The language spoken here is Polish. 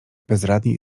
bezradnie